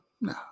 no